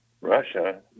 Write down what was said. Russia